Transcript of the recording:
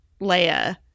Leia